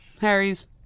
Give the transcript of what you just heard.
Harry's